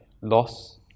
loss